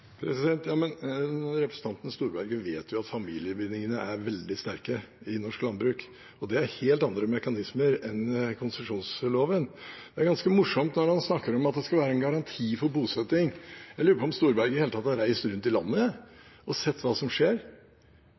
Ja, men representanten Storberget vet jo at familiebindingene er veldig sterke i norsk landbruk, og det er helt andre mekanismer enn konsesjonsloven. Det er ganske morsomt når han snakker om at det skal være en garanti for bosetting. Jeg lurer på om Storberget i det hele tatt har reist rundt i landet og sett hva som skjer.